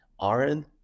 Aaron